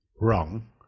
wrong